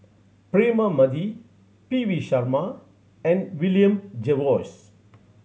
Braema Mathi P V Sharma and William Jervois